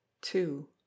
two